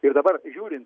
ir dabar žiūrin